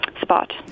spot